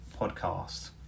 podcast